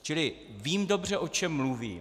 Čili vím dobře, o čem mluvím.